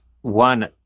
one